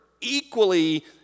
equally